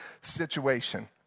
situation